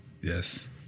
Yes